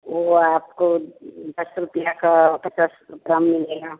वो आपको दस रुपिया का पचास ग्राम मिलेगा